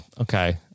Okay